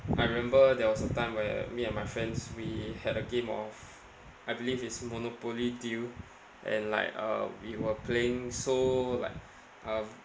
I remember there was a time where me and my friends we had a game of I believe is monopoly deal and like uh we were playing so like uh